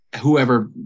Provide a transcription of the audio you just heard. Whoever